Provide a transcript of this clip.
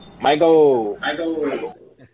Michael